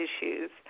issues